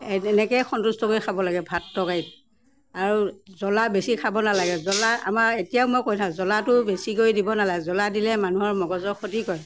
এনেকৈয়ে সন্তুষ্ট কৰি খাব লাগে ভাত তৰকাৰীত আৰু জ্বলা বেছি খাব নালাগে জ্বলা আমাৰ এতিয়াও মই কৈ থাকোঁ জ্বলাটো বেছিকৈ দিব নালাগে জ্বলা দিলে মানুহৰ মগজৰ ক্ষতি কৰে